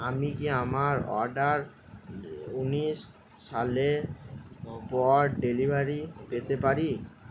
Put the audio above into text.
আমি কি আমার অর্ডার ঊনিশ সালে পর ডেলিভারি পেতে পারি